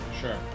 Sure